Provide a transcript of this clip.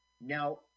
Now